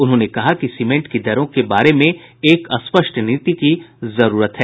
उन्होंने कहा कि सीमेंट की दरों के बारे में एक स्पष्ट नीति की जरूरत है